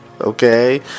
okay